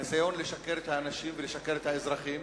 ניסיון לשקר לאנשים ולשקר לאזרחים.